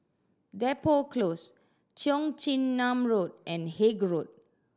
Depot Close Cheong Chin Nam Road and Haig Road